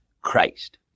Christ